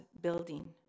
building